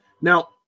Now